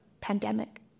pandemic